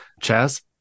Chaz